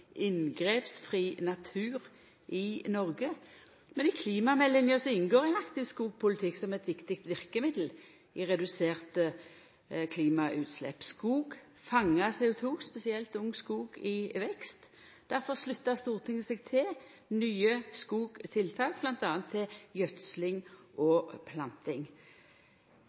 inngrepsfri natur i Norge». Men i klimameldinga inngår ein aktiv skogpolitikk som eit viktig verkemiddel for reduserte klimautslepp. Skog fangar CO2, spesielt ung skog i vekst. Derfor slutta Stortinget seg til nye skogtiltak, bl.a. til gjødsling og planting.